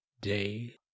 day